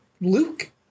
Luke